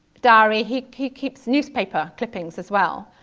diary, he keeps newspaper clippings as well.